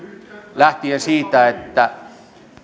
lähtien siitä että